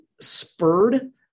spurred